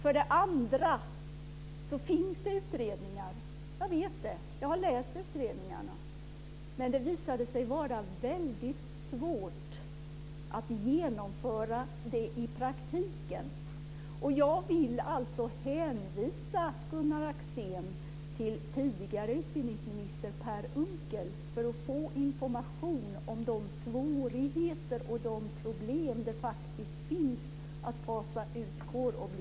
Sedan har det gjorts utredningar - jag vet det och jag har läst dem - men det visade sig vara väldigt svårt att genomföra ett avskaffande i praktiken. Jag vill hänvisa Gunnar Axén till den tidigare utbildningsministern Per Unckel som kan ge information om de svårigheter och de problem som det faktiskt finns med att fasa ut kårobligatoriet.